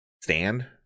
stand